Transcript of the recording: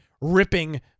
ripping